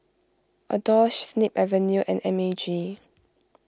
Adore Snip Avenue and M A G